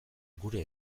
gure